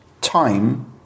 time